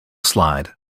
slide